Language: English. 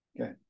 Okay